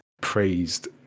praised